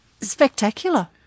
Spectacular